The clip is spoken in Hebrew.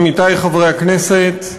עמיתי חברי הכנסת,